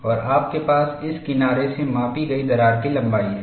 और आपके पास इस किनारे से मापी गई दरार की लंबाई है